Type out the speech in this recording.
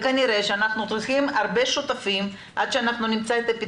כנראה שאנחנו צריכים הרבה שותפים עד שנמצא את הפתרון.